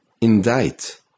indict